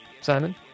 Simon